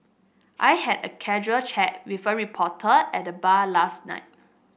I had a casual chat with a reporter at the bar last night